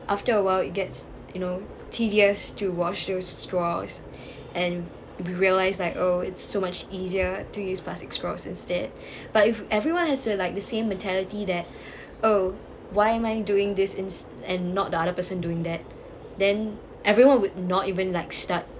after a while it gets you know tedious to wash your straws and realize like oh it's so much easier to use plastic straws instead but if everyone has like the same mentality that oh why am I doing this is ins~ and not the other person doing that then everyone would not even like start